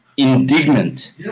Indignant